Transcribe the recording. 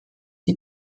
die